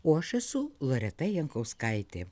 o aš esu loreta jankauskaitė